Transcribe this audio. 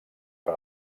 per